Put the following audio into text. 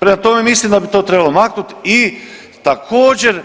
Prema tome, mislim da bi to trebalo maknuti i također